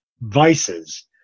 vices